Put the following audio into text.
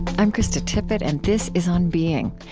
i'm krista tippett, and this is on being.